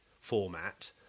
format